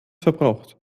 verbraucht